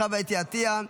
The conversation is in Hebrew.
חוה אתי עטייה,